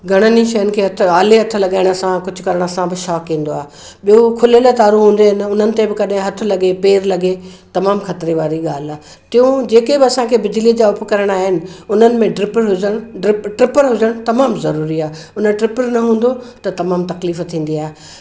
घणनि ई शयुनि खे हथु आले हथु लॻाइण सां कुझु करण सां बि शॉक ईंदो आहे ॿियों खुलियल तारूं हूंदियूं आहिनि हुननि ते ॿिए कॾहिं हथु लॻे पेरु लॻे तमामु ख़तरे वारी ॻाल्हि आहे टियों जेके बि असांखे बिजली जा उपकरण आहिनि उन्हनि में ड्रिप हुजनि ट्रिपल हुजनि तमामु ज़रूरी आहे उन ट्रिप न हूंदो त तमामु तकलीफ़ थींदी आहे